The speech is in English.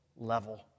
level